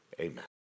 Amen